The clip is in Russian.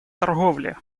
торговли